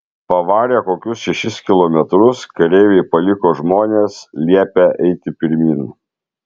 pavarę kokius šešis kilometrus kareiviai paliko žmones liepę eiti pirmyn